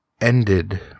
ended